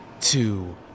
two